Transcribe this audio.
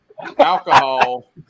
alcohol